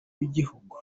w’igihugu